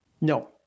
No